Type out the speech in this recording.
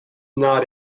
not